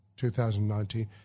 2019